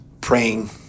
praying